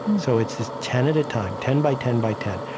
and so it's this ten at a time ten by ten by ten.